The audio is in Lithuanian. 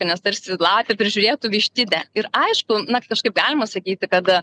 nes tarsi lapė prižiūrėtų vištidę ir aišku na kažkaip galima sakyti kad